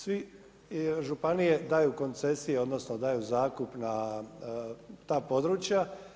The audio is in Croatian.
Sve županije daju koncesije odnosno daju zakup na ta područja.